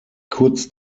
kurz